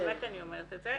באמת אני אומרת את זה.